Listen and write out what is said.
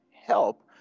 help